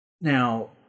Now